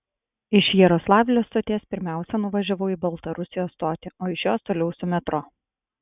iš jaroslavlio stoties pirmiausia nuvažiavau į baltarusijos stotį o iš jos toliau su metro